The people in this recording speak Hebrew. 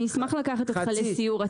אשמח לקחת אותך לסיור.